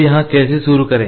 तो यहाँ कैसे शुरू करें